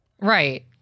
Right